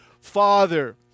father